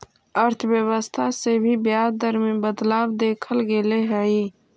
अर्थव्यवस्था से भी ब्याज दर में बदलाव देखल गेले हइ